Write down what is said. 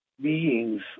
beings